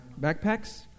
backpacks